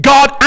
God